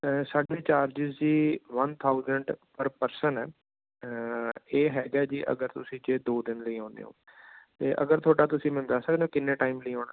sir ਸਾਡੇ charges ਸੀ one thousand per person ਹੈ ਇਹ ਹੈਗਾ ਜੀ ਅਗਰ ਤੁਸੀਂ ਜੇ ਦੋ ਦਿਨ ਲਈ ਆਉਂਦੇ ਹੋ ਅਤੇ ਅਗਰ ਤੁਹਾਡਾ ਤੁਸੀਂ ਮੈਨੂੰ ਦੱਸ ਸਕਦੇ ਹੋ ਕਿੰਨੇ ਟਾਈਮ ਲਈ ਆਉਣਾ